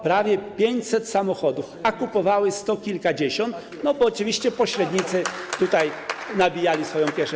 prawie 500 samochodów, a kupowały sto kilkadziesiąt, bo oczywiście pośrednicy tutaj nabijali swoją kieszeń.